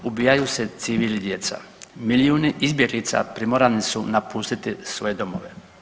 Ubijaju se civili i djeca, milijuni izbjeglica primorani su napustiti svoje domove.